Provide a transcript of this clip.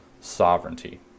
sovereignty